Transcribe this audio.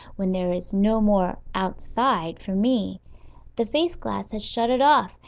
when there is no more outside for me the face-glass has shut it off,